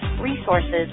resources